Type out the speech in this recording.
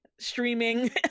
streaming